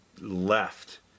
left